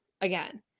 again